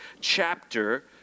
chapter